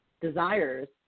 desires